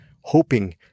hoping